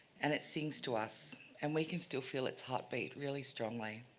and it sings to us. and we can still feel its heartbeat really strongly.